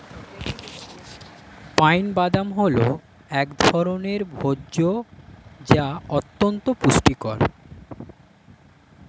pine বাদাম হল এক ধরনের ভোজ্য যা অত্যন্ত পুষ্টিকর